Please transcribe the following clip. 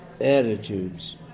attitudes